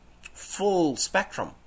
full-spectrum